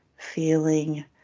feeling